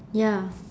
ya